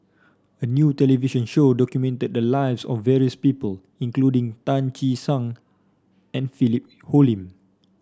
a new television show documented the lives of various people including Tan Che Sang and Philip Hoalim